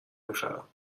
میخرم